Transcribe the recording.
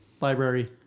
library